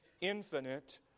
infinite